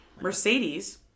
Mercedes